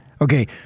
Okay